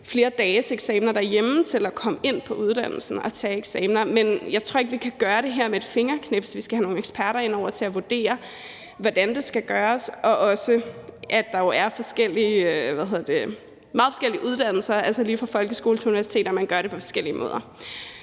flere dages-eksamener derhjemme i stedet for at komme ind på uddannelsesstedet og tage eksamener. Men jeg tror ikke, at vi kan gøre det her med et fingerknips; vi skal have nogle eksperter ind over til at vurdere, hvordan det skal gøres, når vi har meget forskellige uddannelser, altså lige fra folkeskole til universitet, og man kan gøre det på forskellige måder.